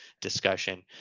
discussion